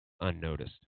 unnoticed